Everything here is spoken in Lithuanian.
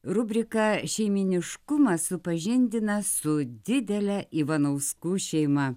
rubriką šeimyniškumas supažindina su didele ivanauskų šeima